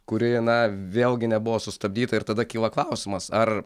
kuri na vėlgi nebuvo sustabdyta ir tada kyla klausimas ar